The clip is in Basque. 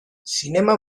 zinema